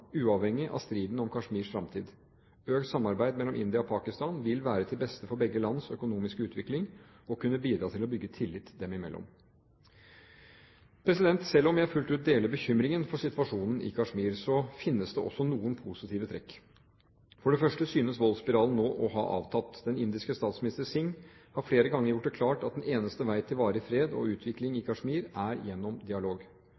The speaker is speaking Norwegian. uavhengig av striden om Kashmirs fremtid. Økt samarbeid mellom India og Pakistan vil være til beste for begge lands økonomiske utvikling og kunne bidra til å bygge tillit dem imellom. Selv om jeg fullt ut deler bekymringen for situasjonen i Kashmir, så finnes det også noen positive trekk: For det første synes voldsspiralen nå å ha avtatt. Den indiske statsminister, Singh, har flere ganger gjort det klart at den eneste vei til varig fred og utvikling i Kashmir er gjennom dialog.